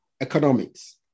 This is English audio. economics